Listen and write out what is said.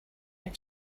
when